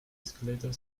escalator